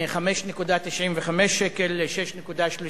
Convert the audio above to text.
מ-5.95 שקל ל-6.30